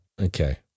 Okay